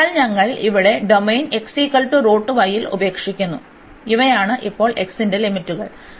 അതിനാൽ ഞങ്ങൾ ഇവിടെ ഡൊമെയ്ൻ ൽ ഉപേക്ഷിക്കുന്നു അതിനാൽ ഇവയാണ് ഇപ്പോൾ x ന്റെ ലിമിറ്റുകൾ